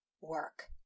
work